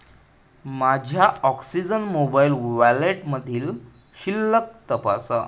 माझ्या Oxigen mobile वॅलेटमधील शिल्लक तपासा